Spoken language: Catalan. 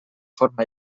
forma